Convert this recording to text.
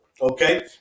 okay